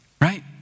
Right